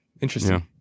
Interesting